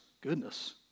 Goodness